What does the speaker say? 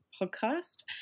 podcast